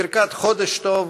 בברכת חודש טוב,